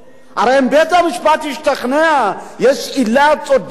הרי אם בית-המשפט ישתכנע שיש עילה צודקת,